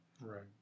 right